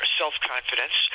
self-confidence